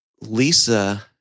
Lisa